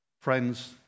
Friends